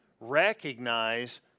recognize